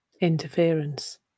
interference